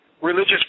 religious